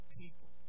people